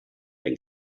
ein